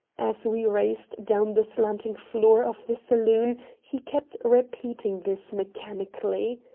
as we raced down the slanting floor of the saloon he kept repeating this mechanically.